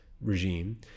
regime